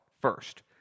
first